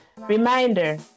Reminder